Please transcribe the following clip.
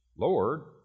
Lord